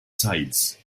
sides